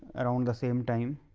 around the same time.